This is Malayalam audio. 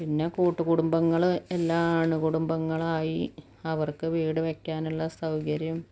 പിന്നെ കൂട്ടുകുടുംബങ്ങള് എല്ലാം അണുകുടുംബങ്ങളായി അവര്ക്ക് വീട് വെക്കാനുള്ള സൗകര്യം